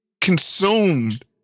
consumed